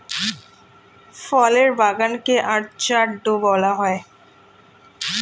ফলের বাগান কে অর্চার্ড বলা হয়